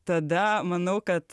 tada manau kad